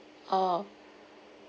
orh